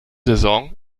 saison